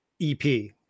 EP